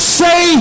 say